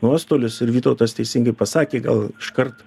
nuostolius ir vytautas teisingai pasakė gal iškart